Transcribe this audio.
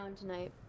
tonight